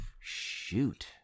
shoot